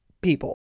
people